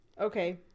okay